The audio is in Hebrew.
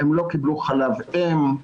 הם לא קיבלו חלב אם,